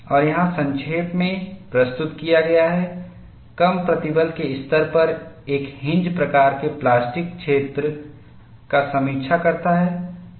और यहाँ संक्षेप में प्रस्तुत किया गया है कम प्रतिबल के स्तर पर एक हिन्ज प्रकार के प्लास्टिक क्षेत्र का समीक्षा करता है